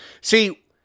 See